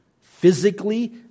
Physically